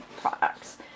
products